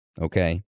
Okay